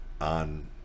on